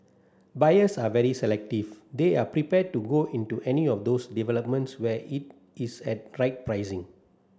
buyers are very selective they are prepared to go into any of those developments where it is at right pricing